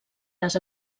les